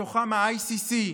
בתוכם ה-ICC,